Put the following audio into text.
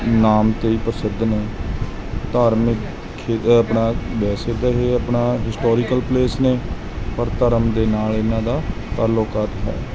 ਨਾਮ ਤੋਂ ਹੀ ਪ੍ਰਸਿੱਧ ਨੇ ਧਾਰਮਿਕ ਖੇਤਰ ਆਪਣਾ ਵੈਸੇ ਤਾਂ ਇਹ ਆਪਣਾ ਹਿਸਟੋਰੀਕਲ ਪਲੇਸ ਨੇ ਪਰ ਧਰਮ ਦੇ ਨਾਲ ਇਹਨਾਂ ਦਾ ਤਾਲੋਕਾਤ ਹੈ